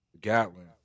Gatlin